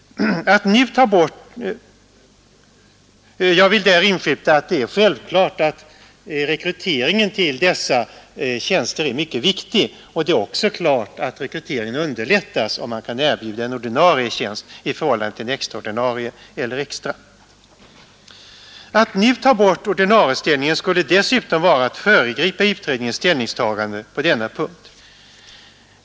Jag vill inskjuta att rekryteringen till dessa tjänster är mycket viktig. Det är också klart att rekryteringen underlättas om man kan erbjuda en ordinarie tjänst i stället för en extraordinarie eller extra. Att nu ta bort ordinarieställningen skulle dessutom vara att föregripa utredningens ställningstagande på denna punkt.